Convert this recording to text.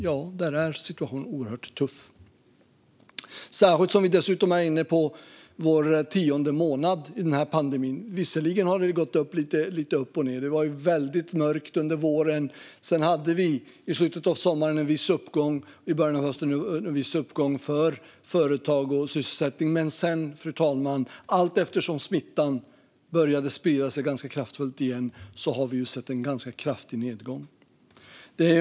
Ja, där är situationen oerhört tuff, särskilt som vi nu är inne på vår tionde månad i pandemin. Visserligen har det gått lite upp och ned. Det var väldigt mörkt under våren. Sedan hade vi i slutet av sommaren och början av hösten en viss uppgång för företag och sysselsättning. Men sedan, fru talman, har vi alltsedan smittan började sprida sig kraftfullt igen sett en ganska kraftig nedgång.